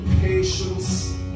patience